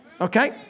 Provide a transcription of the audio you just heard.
Okay